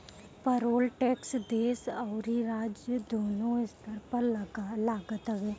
payroll tax देस अउरी राज्य दूनो स्तर पर लागत हवे